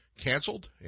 canceled